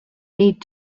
need